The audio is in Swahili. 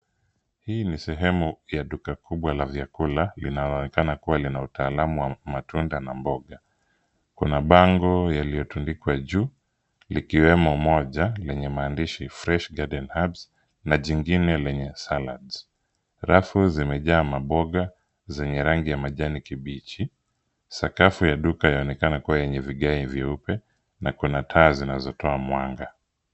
Hii ni sehemu ya duka kubwa la vyakula linaloonekana kuwa na utalamu wa matunda na mboga. Kuna bango yaliyotundikwa juu likiwemo mmoja lenye maandishi Fresh herbal drugs na jengine lenye salads. Rafu zimejaa maboga zenye rangi ya kijani kibichi. Sakafu linaonekana kuwa na vigao vyeupe na kuna taa zinazotoa mwanga.